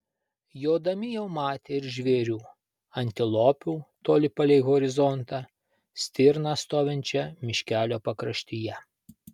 jodami jau matė ir žvėrių antilopių toli palei horizontą stirną stovinčią miškelio pakraštyje